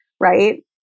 right